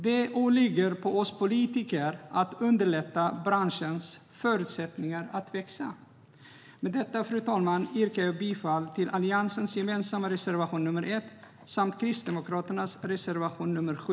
Det åligger oss politiker att underlätta branschens förutsättningar att växa. Fru talman! Jag yrkar bifall till Alliansens gemensamma reservation 1 samt till Kristdemokraternas reservation 7.